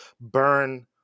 burn